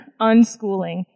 unschooling